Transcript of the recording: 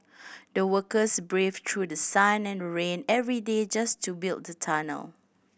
the workers braved through the sun and rain every day just to build the tunnel